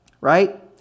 right